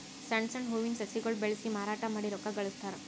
ಸಣ್ಣ್ ಸಣ್ಣ್ ಹೂವಿನ ಸಸಿಗೊಳ್ ಬೆಳಸಿ ಮಾರಾಟ್ ಮಾಡಿ ರೊಕ್ಕಾ ಗಳಸ್ತಾರ್